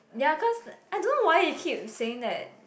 ya cause I don't know why he keep saying that